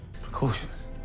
Precautions